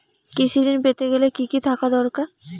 কৃষিঋণ পেতে গেলে কি কি থাকা দরকার?